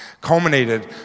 culminated